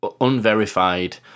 unverified